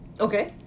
Okay